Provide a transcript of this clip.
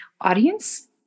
audience